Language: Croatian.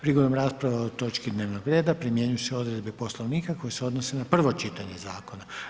Prigodom rasprave o točki dnevnog reda primjenjuju se odredbe Poslovnika koje se odnose na prvo čitanje zakona.